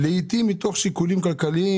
לא משיקולים כלכליים?